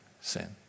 sin